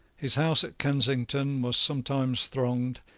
his house at kensington was sometimes thronged,